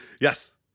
Yes